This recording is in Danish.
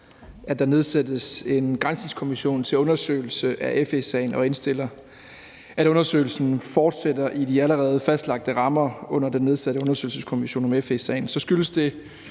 at der nedsættes en granskningskommission til en undersøgelse af FE-sagen, og indstiller, at undersøgelsen fortsætter i de allerede fastlagte rammer under den nedsatte undersøgelseskommission om FE-sagen, så skyldes det